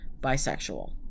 bisexual